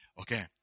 Okay